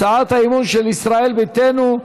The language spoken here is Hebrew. הצעת אי-אמון של ישראל ביתנו.